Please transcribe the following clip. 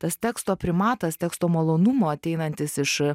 tas teksto primatas teksto malonumo ateinantis iš